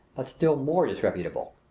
but still more disreputable.